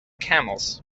camels